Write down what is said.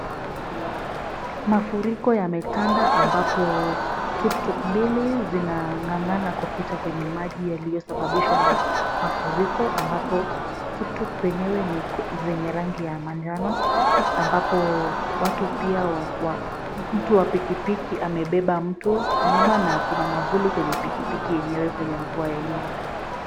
Mafuriko yametanda ambapo tuktuk mbili zinang'ang'ana kupita kwenye maji yaliyosababishwa na mafuriko ambapo tuktuk zenyewe ni zenye rangi ya manjano ambapo mtu wa pikipiki amebeba mtu nyuma na kuna mwavuli kwenye pikipiki yenyewe kwenye mvua yenyewe.